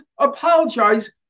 apologize